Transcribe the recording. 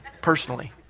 personally